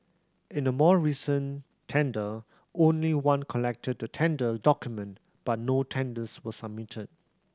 in a more recent tender only one collected the tender document but no tenders were submitted